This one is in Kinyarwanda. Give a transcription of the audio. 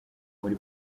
muri